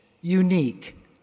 unique